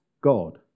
God